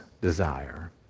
desire